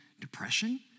depression